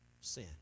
sin